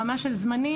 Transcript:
ברמה של זמנים,